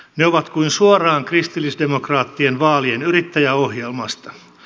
ne ovat kuin suoraan kristillisdemokraattien vaalien yrittäjäohjelmasta